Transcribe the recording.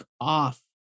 off